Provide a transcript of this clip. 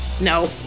No